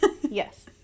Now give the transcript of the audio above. Yes